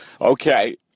Okay